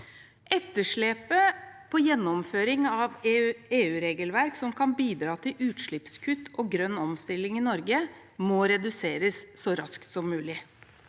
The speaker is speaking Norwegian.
Etterslepet på gjennomføring av EU-regelverk som kan bidra til utslippskutt og grønn omstilling i Norge, må reduseres så raskt som mulig.